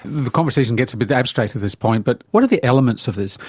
the conversation gets a bit abstract at this point, but what are the elements of this?